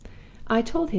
i told him,